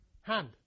hand